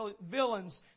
villains